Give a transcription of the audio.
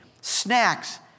snacks